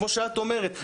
כמו שאת אומרת,